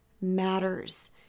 matters